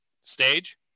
stage